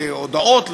והודעות,